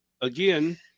again